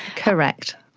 correct.